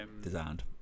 designed